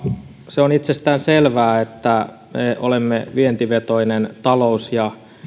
se on itsestään selvää että olemme vientivetoinen talous ja